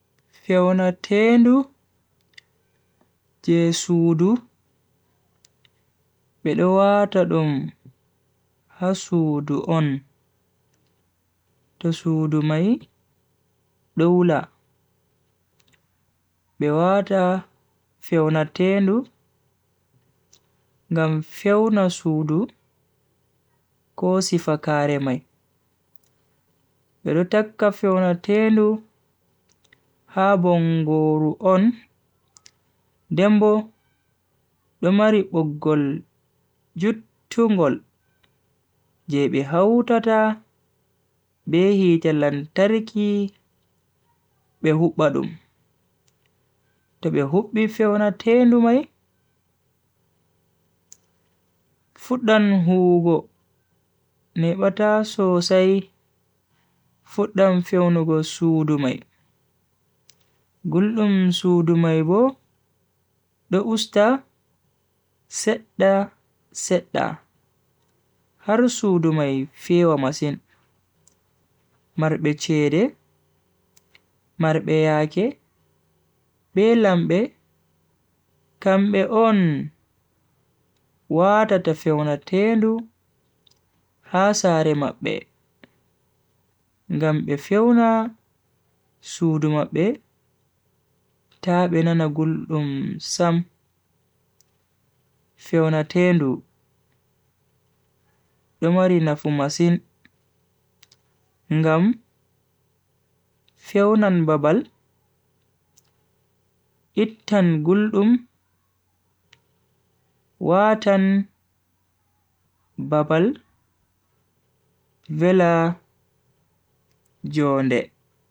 Feonatelu je sudu pelawata dum ha sudu on, to sudu mai doula, pelawata feonatelu gam feona sudu koosifakare mai. Feonatelu ha bongoru on, dembo dumaribugol jutthungol je behauta ta behi talan tariki behuk ba dum. Ta behuk bi feonatelu mai, futdan hugo, nebata sosai futdan feonu ko sudu mai. Gulum sudu mai bo douusta setda setda. Har sudu mai feo amasin marbe chere marbe ake pelambe gambe on wata ta feonatelu hasare mape. Gambe feona sudu mai ba ta be nana gulum sam feonatelu dumarina fumasin. Gambe feonan babal ittan gulum waatan babal vela jo on de.